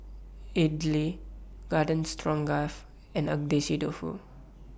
Idili Garden Stroganoff and Agedashi Dofu